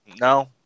no